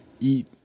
eat